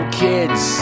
kids